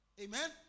Amen